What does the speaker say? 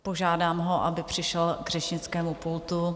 Požádám ho, aby přišel k řečnickému pultu.